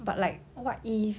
but like what if